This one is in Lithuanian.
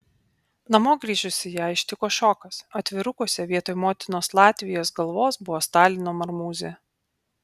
namo grįžus ją ištiko šokas atvirukuose vietoj motinos latvijos galvos buvo stalino marmūzė